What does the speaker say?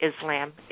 Islam